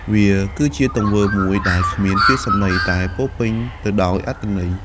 វាគឺជាទង្វើមួយដែលគ្មានពាក្យសំដី តែពោរពេញទៅដោយអត្ថន័យ។